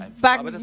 back